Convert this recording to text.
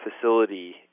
facility